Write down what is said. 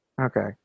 Okay